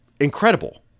incredible